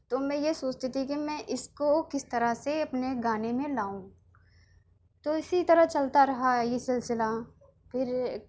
تو میں یہ سوچتی تھی کہ میں اس کو کس طرح سے اپنے گانے میں لاؤں تو اسی طرح چلتا رہا یہ سلسلہ پھر